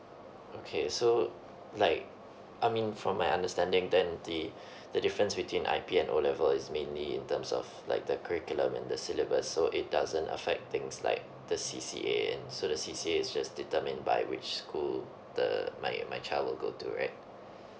okay so like I mean from my understanding then the the difference between I_P and O level is mainly in terms of like the curriculum and the syllabus so it doesn't affect things like the C_C_A and so the C_C_A is just determined by which school the my my child will go to right